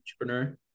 entrepreneur